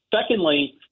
Secondly